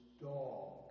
dog